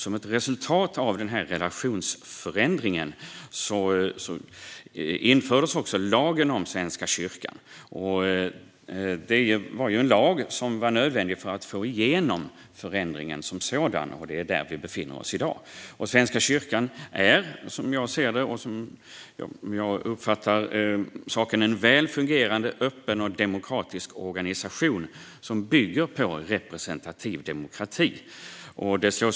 Som ett resultat av relationsförändringen infördes lagen om Svenska kyrkan. Den lagen var nödvändig för att få igenom förändringen som sådan. Det är där vi befinner oss i dag. Svenska kyrkan är, som jag uppfattar saken, en väl fungerande, öppen och demokratisk organisation som bygger på representativ demokrati.